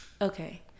Okay